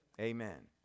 Amen